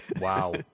Wow